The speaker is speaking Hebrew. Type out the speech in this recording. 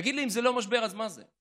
תגיד לי, אם זה לא משבר אז מה זה?